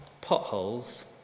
Potholes